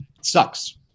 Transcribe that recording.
sucks